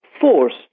force